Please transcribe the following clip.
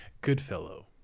Goodfellow